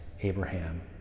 Abraham